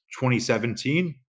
2017